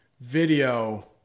video